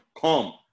come